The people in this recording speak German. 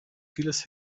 vieles